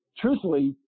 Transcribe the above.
truthfully